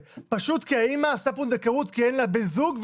פשוט מכיוון שהאימא עשתה פונדקאות כי אין לה בן זוג.